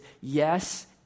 yes